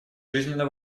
жизненно